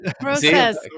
Process